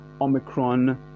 Omicron